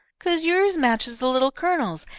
cause yours matches the little colonel's,